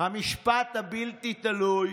"המשפט הבלתי-תלוי